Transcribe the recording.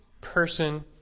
person